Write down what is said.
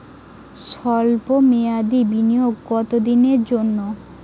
সল্প মেয়াদি বিনিয়োগ কত দিনের জন্য?